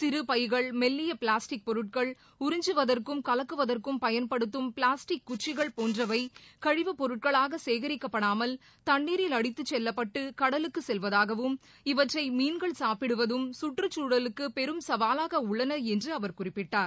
சிறு பைகள் மெல்லிய பிளாஸ்டிக் பொருட்கள் உறிஞ்சுவதற்கும் கலக்குவதற்கும் பயன்படுத்தும் பிளாஸ்டிக் குச்சிகள் போன்றவை கழிவப்பொருட்களாக சேகரிக்கப்படாமல் தண்ணீரில் அடித்துச்செல்லப்பட்டு கடலுக்கு செல்வதாகவும் இவற்றை மீன்கள் சாப்பிடுவதம் கற்றுச்சூழலுக்கு பெரும் சவாலாக உள்ளன என்று அவர் குறிப்பிட்டார்